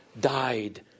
died